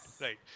right